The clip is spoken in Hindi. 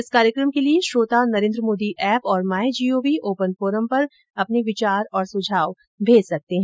इस कार्यक्रम के लिए श्रोता नरेन्द्र मोदी ऐप और माई जीओवी ओपन फोरम पर अपने विचार और सुझाव भेज सकते हैं